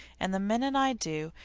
and the minute i do,